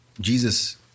Jesus